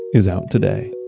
is out today.